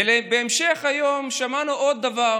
בהמשך היום שמענו עוד דבר